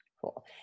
Cool